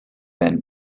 ben